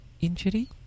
injury